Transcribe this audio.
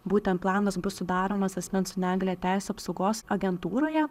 būtent planas bus sudaromas asmens su negalia teisių apsaugos agentūroje